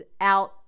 out